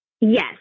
Yes